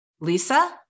Lisa